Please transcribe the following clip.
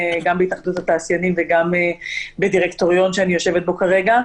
גם בהתאחדות התעשיינים וגם בדירקטוריון שאני יושבת בו כרגע.